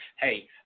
hey